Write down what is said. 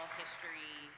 history